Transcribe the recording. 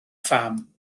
pham